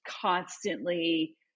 constantly